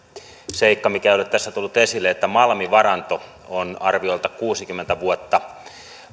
seikka mikä ei ole tässä tullut esille että malmivaranto on arviolta kuusikymmentä vuotta